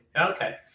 Okay